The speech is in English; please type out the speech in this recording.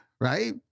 right